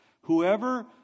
Whoever